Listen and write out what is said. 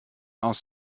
aus